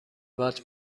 وات